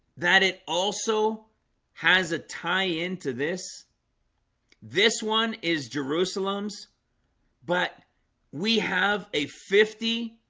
that it also has a tie into this this one is jerusalem's but we have a fifty